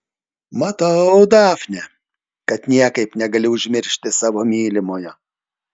matau dafne kad niekaip negali užmiršti savo mylimojo